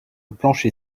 plancher